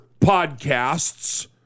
podcasts